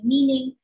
Meaning